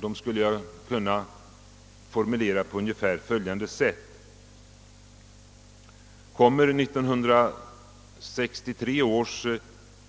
Jag skulle kunna formulera dessa på följande sätt: 1. Kommer 1963 års